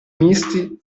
misti